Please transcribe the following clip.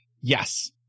yes